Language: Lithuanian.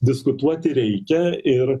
diskutuoti reikia ir